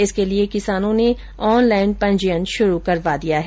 इसके लिए किसानों ने ऑनलाइन पंजीयन शुरू करवा दिया है